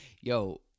yo